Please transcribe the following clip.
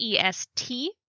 est